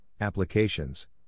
applications